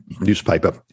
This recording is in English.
newspaper